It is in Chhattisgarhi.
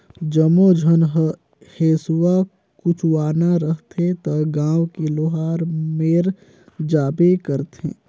जम्मो झन ह हेसुआ कुचवाना रहथे त गांव के लोहार मेर जाबे करथे